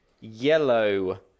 Yellow